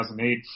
2008